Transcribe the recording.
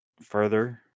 further